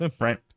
Right